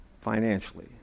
financially